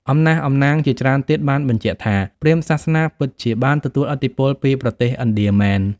អំណះអំណាងជាច្រើនទៀតបានបញ្ជាក់ថា ព្រាហ្មណ៍សាសនាពិតជាបានទទួលឥទ្ធិពលពីប្រទេសឥណ្ឌាមែន។